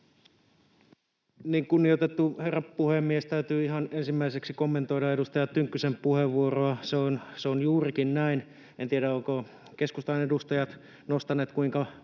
Kunnioitettu herra puhemies! Täytyy ihan ensimmäiseksi kommentoida edustaja Tynkkysen puheenvuoroa. Se on juurikin näin. En tiedä, ovatko keskustan edustajat nostaneet esiin,